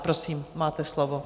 Prosím, máte slovo.